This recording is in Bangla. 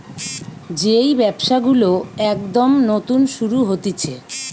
যেই ব্যবসা গুলো একদম নতুন শুরু হতিছে